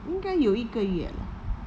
应该有一个月啦